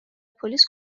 پلیس